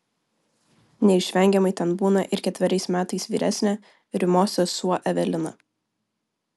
neišvengiamai ten būna ir ketveriais metais vyresnė rimos sesuo evelina